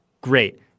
Great